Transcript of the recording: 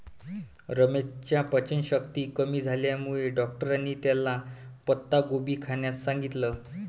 रमेशच्या पचनशक्ती कमी झाल्यामुळे डॉक्टरांनी त्याला पत्ताकोबी खाण्यास सांगितलं